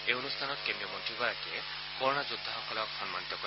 এই অনুষ্ঠানত কেন্দ্ৰীয় মন্ত্ৰীগৰাকীয়ে কৰনা যোদ্ধাসকলক সন্মানিত কৰে